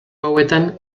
hauetan